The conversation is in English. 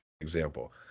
example